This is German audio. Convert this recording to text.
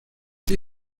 die